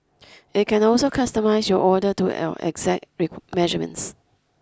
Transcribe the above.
it can also customise your order to L exact measurements